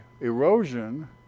erosion